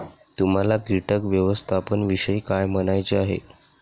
तुम्हाला किटक व्यवस्थापनाविषयी काय म्हणायचे आहे?